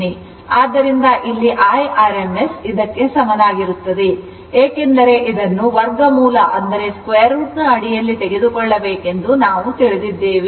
ಆದ್ದರಿಂದ ಇಲ್ಲಿ IRMS ಇದಕ್ಕೆ ಸಮನಾಗಿರುತ್ತದೆ ಏಕೆಂದರೆ ಇದನ್ನು ವರ್ಗಮೂಲದ ಅಡಿಯಲ್ಲಿ ತೆಗೆದುಕೊಳ್ಳಬೇಕೆಂದು ನಾವು ತಿಳಿದಿದ್ದೇವೆ